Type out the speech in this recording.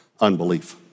Unbelief